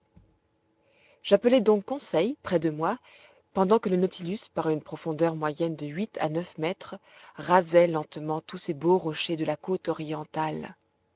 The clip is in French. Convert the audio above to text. j'appelai donc conseil près de moi pendant que le nautilus par une profondeur moyenne de huit à neuf mètres rasait lentement tous ces beaux rochers de la côte orientale